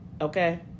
Okay